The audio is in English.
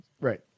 Right